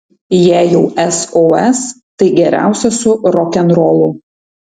jei jau sos tai geriausia su rokenrolu